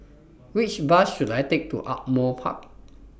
Which Bus should I Take to Ardmore Park